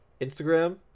Instagram